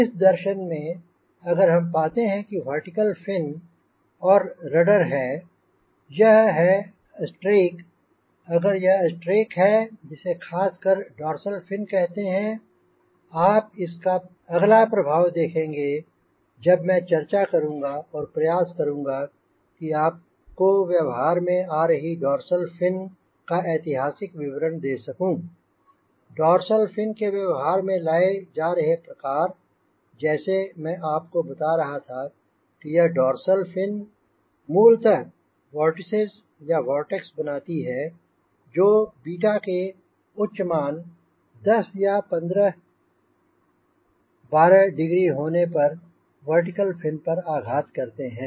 इस दर्शन में अगर हम पाते हैं कि वर्टिकल फिन और रडर है और यह है स्ट्रेक अगर यह स्ट्रेक़ है जिसे खासकर डोर्सल फिन कहते हैं आप इसका अगला प्रभाव देखेंगे जब मैं चर्चा करूंँगा और प्रयास करूंँगा कि आपको व्यवहार में आ रही डोर्सल फिन का ऐतिहासिक विवरण दे सकूंँ डोर्सल फिन के व्यवहार में लाए जा रहे प्रकार जैसे मैं आपको बता रहा था यह डोर्सल फिन मूलतः वोर्टिसेज या वोर्टेक्स बनाती है जो बीटा के उच्च मान 10 या 15 12 डिग्री होने पर वर्टिकल फिन पर आघात करते हैं